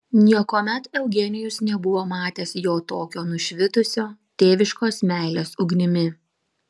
niekuomet eugenijus nebuvo matęs jo tokio nušvitusio tėviškos meilės ugnimi